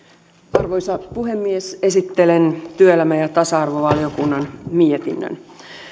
arvoisa puhemies esittelen työelämä ja tasa arvovaliokunnan mietinnön